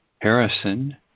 Harrison